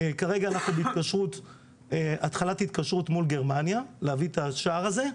כרגע אנחנו בהתחלת התקשרות מול גרמניה להביא את השער הזה.